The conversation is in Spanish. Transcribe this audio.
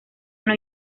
bajo